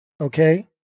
Okay